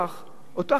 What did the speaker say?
אותה חברת ביטוח,